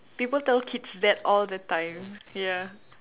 people tell kids that all the time ya